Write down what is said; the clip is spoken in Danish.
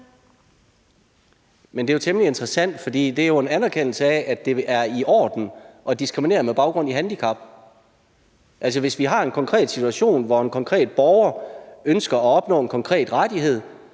Men det er temmelig interessant, for det er jo en anerkendelse af, at det er i orden at diskriminere med baggrund i handicap. Altså, hvis vi har en konkret situation, hvor en konkret borger ønsker at opnå en konkret rettighed,